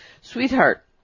Sweetheart